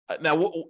Now